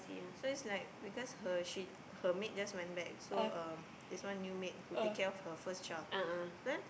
so is like because her she her maid just went back so um this one new maid who take care of her first child then